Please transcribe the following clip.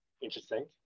interesting